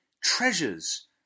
treasures